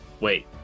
Wait